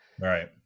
right